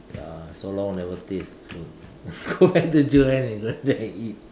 uh so long never taste food go back to Joanne and go there and eat